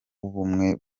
w’ubumwe